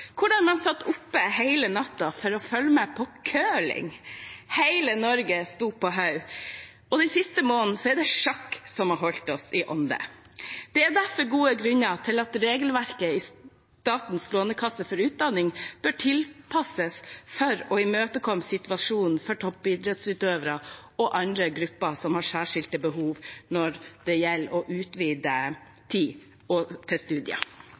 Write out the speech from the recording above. hvordan man satt oppe hele natten for å følge med på curling? Hele Norge sto på hodet, og den siste måneden er det sjakk som har holdt oss i ånde. Det er derfor gode grunner for at regelverket i Statens lånekasse for utdanning bør tilpasses for å imøtekomme situasjonen for toppidrettsutøvere og andre grupper som har særskilte behov når det gjelder å utvide tid til studier.